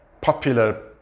popular